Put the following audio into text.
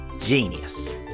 Genius